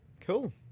cool